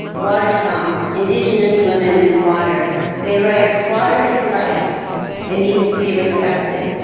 water song indigenous women and water, they write water is life and needs to be respected.